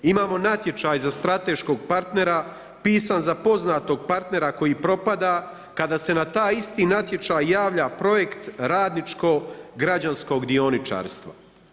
Imamo natječaj za strateškog partnera, pisan za poznatog partnera koji propada, kada se na taj isti natječaj javlja projekt radničko građanskog dioničarstva.